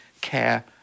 care